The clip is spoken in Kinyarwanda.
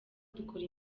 dukora